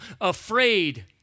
afraid